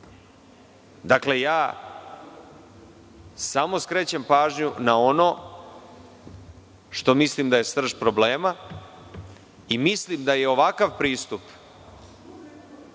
akta. Samo skrećem pažnju na ono što mislim da je srž problema. Mislim da je ovakav pristup